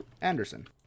Anderson